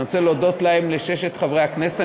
אני רוצה להודות להם, לששת חברי הכנסת.